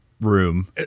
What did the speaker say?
room